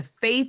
faith